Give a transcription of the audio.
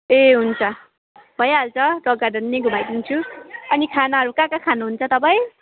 ए हुन्छ भइहाल्छ rock garden नि घुमाइदिन्छु अनि खानाहरू कहाँ कहाँ खानु हुन्छ तपाईँ